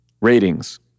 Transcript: Ratings